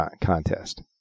contest